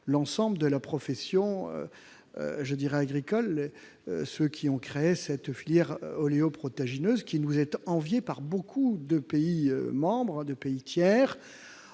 l'ensemble de la profession agricole, de ceux qui ont créé cette filière oléoprotagineuse qui nous est enviée par beaucoup de pays membres de l'Union